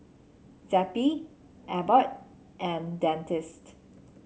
Zappy Abbott and Dentiste